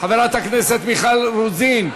חברת הכנסת מיכל רוזין,